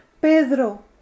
Pedro